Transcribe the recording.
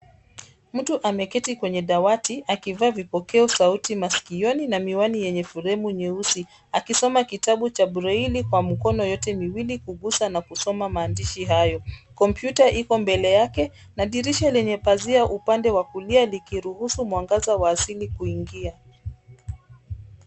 Mtu ameketi kwenye dawati akivaa kipokea sauti masikioni na miwani yenye fremu nyeusi akisoma kitabu cha breli kwa mkono yote miwili kuguza na kusoma maandishi hayo. Kompyuta iko mbele yake na dirisha lenye pazia upande wa kulia likiruhusu mwangaza wa asili kuingia.